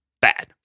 Bad